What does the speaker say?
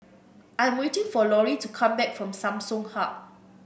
I'm waiting for Laurie to come back from Samsung Hub